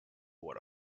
what